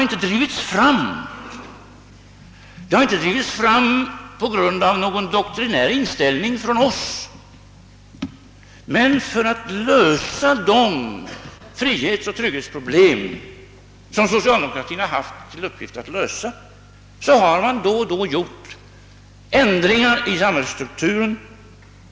Förändringarna har inte drivits fram på grund av någon doktrinär inställning från vår sida, men för att lösa frihetsoch trygghetsproblemen — vilket varit socialdemokratins uppgift — har då och då förändringar i samhällsstrukturen gjorts.